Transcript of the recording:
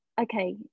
okay